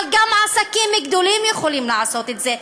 אבל גם עסקים גדולים יכולים לעשות את זה,